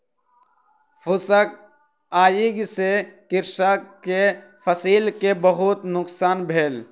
फूसक आइग से कृषक के फसिल के बहुत नुकसान भेल